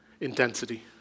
intensity